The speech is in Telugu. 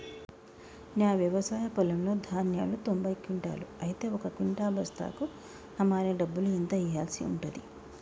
నా వ్యవసాయ పొలంలో ధాన్యాలు తొంభై క్వింటాలు అయితే ఒక క్వింటా బస్తాకు హమాలీ డబ్బులు ఎంత ఇయ్యాల్సి ఉంటది?